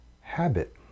habit